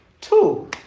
Two